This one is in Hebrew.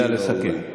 נא לסכם.